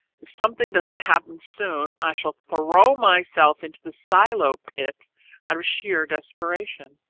if something doesn't happen soon, i shall throw myself into the silo pit out of sheer desperation.